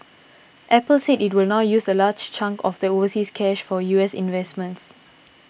apple said it will now use a large chunk of the overseas cash for U S investments